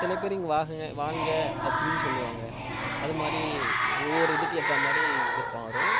சில பேர் இங்கே வாக வாங்க அப்படின்னு சொல்லுவாங்க அது மாதிரி ஒவ்வொரு இதுக்கு ஏற்ற மாதிரி இது மாறும்